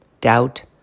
Doubt